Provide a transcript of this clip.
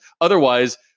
otherwise